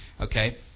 Okay